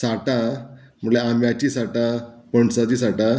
साटां म्हणल्यार आंब्याचीं साटां पणसाची साठां